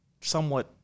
somewhat